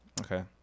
okay